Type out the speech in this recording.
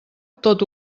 tot